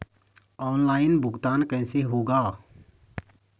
Online भुगतान कैसे होगा?